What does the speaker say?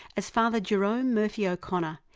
as father jerome murphy o'connor,